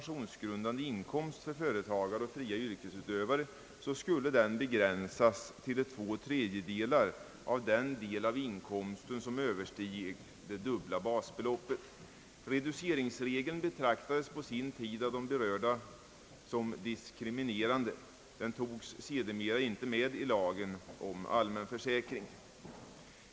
som översteg dubbla basbeloppet. Reduceringsregeln betraktades av de berörda som diskriminerande. Den togs sedermera icke med i lagen om allmän försäkring.